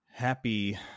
Happy